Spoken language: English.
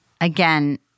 again